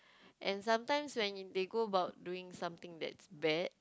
and sometimes when they go about doing something that is bad